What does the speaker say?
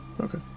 Okay